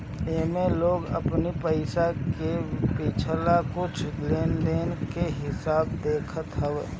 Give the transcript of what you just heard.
एमे लोग अपनी पईसा के पिछला कुछ लेनदेन के हिसाब देखत हवे